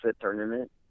tournament